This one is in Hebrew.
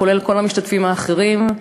כולל כל המשתתפים האחרים,